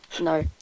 No